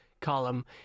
column